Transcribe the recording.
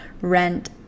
rent